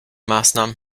maßnahmen